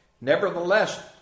Nevertheless